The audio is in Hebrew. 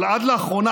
אבל עד לאחרונה,